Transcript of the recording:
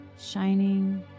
shining